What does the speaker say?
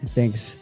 Thanks